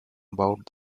about